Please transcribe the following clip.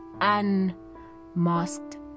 unmasked